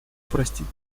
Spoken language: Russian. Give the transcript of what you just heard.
простить